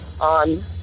on